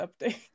update